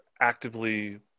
actively